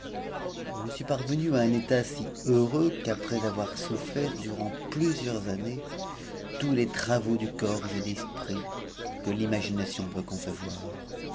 je ne suis parvenu à un état si heureux qu'âpres avoir souffert durant plusieurs années tous les travaux de corps et d'esprit que l'imagination peut concevoir